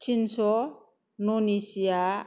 तिनस' नन ए सिया